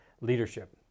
leadership